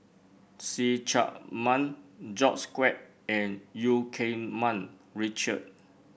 See Chak Mun George Quek and Eu Keng Mun Richard